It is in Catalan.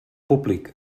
públic